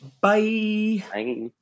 Bye